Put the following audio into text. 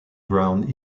ground